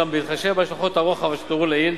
ואולם בהתחשב בהשלכות הרוחב אשר תוארו לעיל,